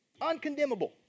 Uncondemnable